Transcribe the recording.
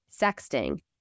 sexting